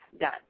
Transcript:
Done